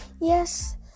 Yes